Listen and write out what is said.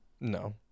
No